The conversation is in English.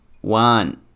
one